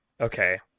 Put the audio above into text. Okay